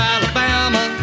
Alabama